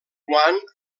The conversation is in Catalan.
quan